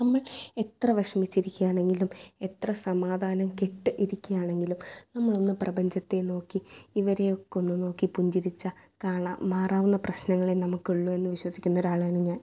നമ്മൾ എത്ര വിഷമിച്ചിരിക്കുകയാണെങ്കിലും എത്ര സമാധാനം കെട്ട് ഇരിക്കുകയാണെങ്കിലും നമ്മളൊന്ന് പ്രപഞ്ചത്തെ നോക്കി ഇവരെയൊക്കൊന്ന് നോക്കി പുഞ്ചിരിച്ചാൽ കാണാൻ മാറാവുന്ന പ്രശ്നങ്ങളെ നമുക്ക് ഉള്ളു എന്ന് വിശ്വസിക്കുന്നൊരാളാണ് ഞാൻ